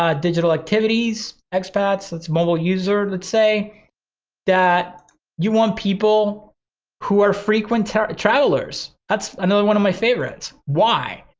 ah digital activities, ex-pats, it's mobile user. let's say that you want people who are frequent travelers. that's another one of my favorites, why?